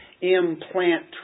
implant